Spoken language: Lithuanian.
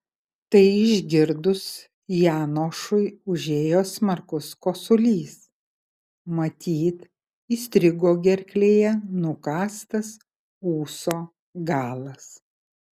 tai išgirdus janošui užėjo smarkus kosulys matyt įstrigo gerklėje nukąstas ūso galas